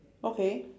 okay